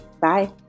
Bye